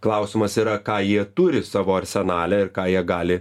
klausimas yra ką jie turi savo arsenale ir ką jie gali